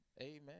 Amen